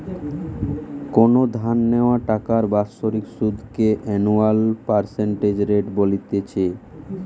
কোনো ধার নেওয়া টাকার বাৎসরিক সুধ কে অ্যানুয়াল পার্সেন্টেজ রেট বলতিছে